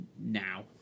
now